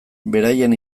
beraien